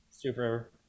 super